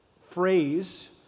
phrase